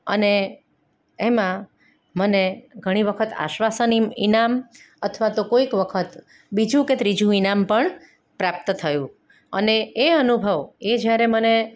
અને એમાં મને ઘણી વખત આશ્વાસન ઇનામ અથવા તો કોઈક વખત બીજું કે ત્રીજું ઇનામ પણ પ્રાપ્ત થયું અને એ અનુભવ એ જ્યારે મને